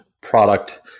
product